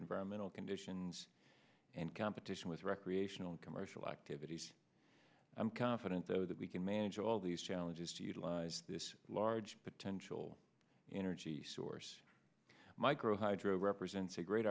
environmental conditions and competition with recreational commercial activities i'm confident though that we can manage all these challenges to utilise this large potential energy source micro hydro represents a great